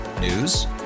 News